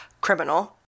criminal